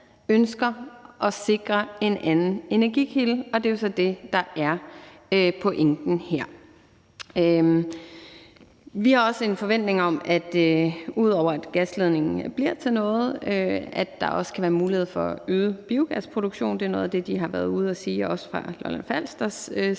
ønsker at sikre en anden energikilde, og det er så det, der er pointen her. Vi har, ud over at gasledningen bliver til noget, en forventning om, at der også kan være mulighed for øget biogasproduktion. Det er noget af det, de også har været ude at sige fra Lolland-Falsters side,